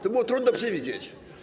To było trudno przewidzieć.